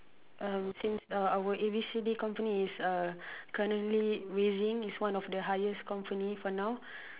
um since uh our A B C D company is uh currently raising is one of the highest company for now